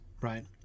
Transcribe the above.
right